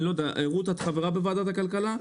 רות, את חברה בוועדת הכלכלה?